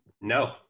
No